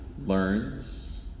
learns